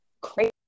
crazy